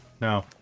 no